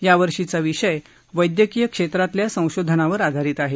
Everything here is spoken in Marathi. यावर्षीचा विषय वैद्यकीय क्षेत्रातल्या संशोधनावर आधारित आहे